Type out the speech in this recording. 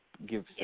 give